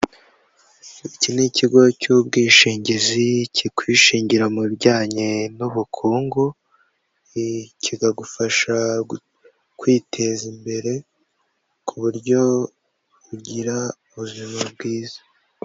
Iki ni ikigo cy'ubwishingizi kikwishingira mu bijyanye n'ubukungu, kikagufasha kwiteza imbere ku buryo ugira ubuzima bwiza.